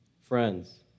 Friends